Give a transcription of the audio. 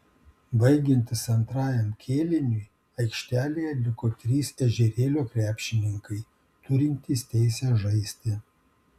baigiantis antrajam kėliniui aikštelėje liko trys ežerėlio krepšininkai turintys teisę žaisti